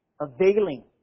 availing